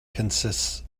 consists